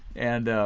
and